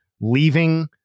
leaving